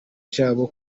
cyabo